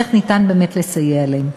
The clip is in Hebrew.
איך ניתן באמת לסייע להם.